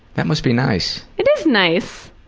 that must be nice. it is nice.